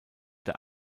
der